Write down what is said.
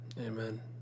Amen